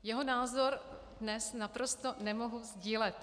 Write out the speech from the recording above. Jeho názor dnes naprosto nemohu sdílet.